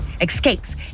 escapes